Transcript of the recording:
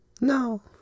No